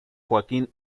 joaquín